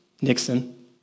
Nixon